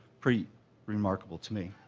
pretty remarkable to me.